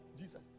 Jesus